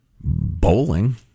bowling